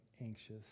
anxious